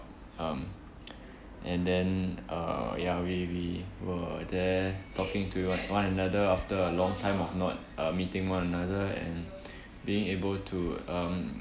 um and then uh ya we we were there talking to one another after a long time of not uh meeting one another and being able to um